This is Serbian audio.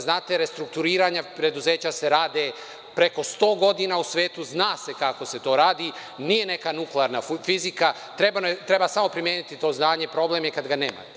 Znate, restrukturiranja preduzeća se rade preko 100 godina u svetu, zna se kako se to radi, nije neka nuklearna fizika, treba samo primeniti to znanje, problem je kad ga nemate.